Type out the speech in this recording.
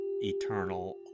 eternal